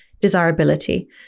desirability